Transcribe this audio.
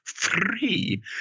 three